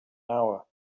hour